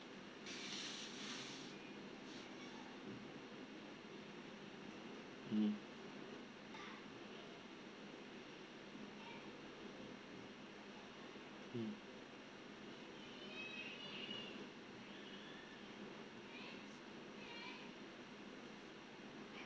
mm mm